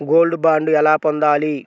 Gold bond ఎలా పొందాలి?